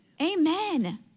Amen